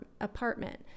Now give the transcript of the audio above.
apartment